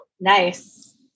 Nice